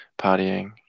partying